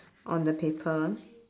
on the paper